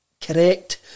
correct